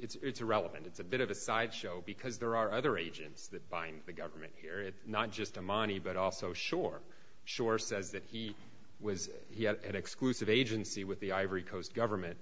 it's irrelevant it's a bit of a sideshow because there are other agents that bind the government here it's not just a money but also shore shore says that he was he had an exclusive agency with the ivory coast government